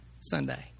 Sunday